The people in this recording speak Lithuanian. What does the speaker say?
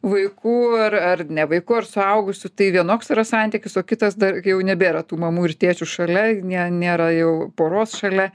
vaiku ar ar ne vaiku ar suaugusiu tai vienoks yra santykis o kitas dar kai jau nebėra tų mamų ir tėčių šalia nė nėra jau poros šalia